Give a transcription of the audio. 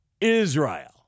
Israel